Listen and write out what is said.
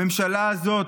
הממשלה הזו,